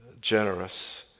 generous